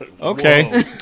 Okay